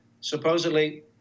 supposedly